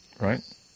Right